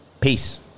Peace